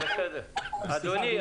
אדוני,